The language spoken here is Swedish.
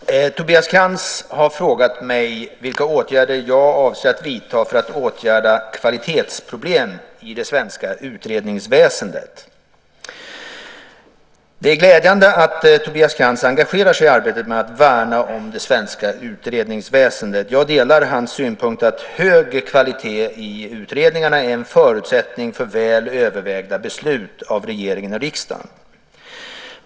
Herr talman! Tobias Krantz har frågat mig vilka åtgärder jag avser att vidta för att åtgärda kvalitetsproblem i det svenska utredningsväsendet. Det är glädjande att Tobias Krantz engagerar sig i arbetet med att värna om det svenska utredningsväsendet. Jag delar hans synpunkt att hög kvalitet i utredningarna är en förutsättning för väl övervägda beslut av regeringen och riksdagen.